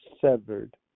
severed